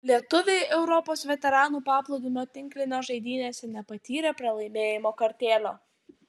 lietuviai europos veteranų paplūdimio tinklinio žaidynėse nepatyrė pralaimėjimo kartėlio